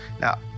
Now